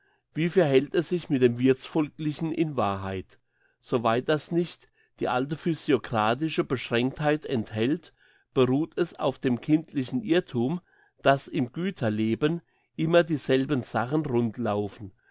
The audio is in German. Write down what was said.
wie verhält es sich mit dem wirthsvolklichen in wahrheit soweit das nicht die alte physiokratische beschränktheit enthält beruht es auf dem kindlichen irrthum dass im güterleben immer dieselben sachen rundlaufen